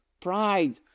pride